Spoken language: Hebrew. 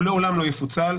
הוא לעולם לא יפוצל.